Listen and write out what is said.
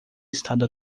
estado